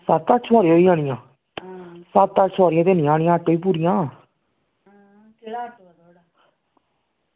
सत्त अट्ठ सोआरियां होई जानियां सत्त अट्ठ सोआरियां ते ऐनी आनियां ऑटो च पूरियां